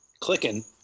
clicking